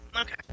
Okay